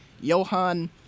Johan